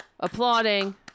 Applauding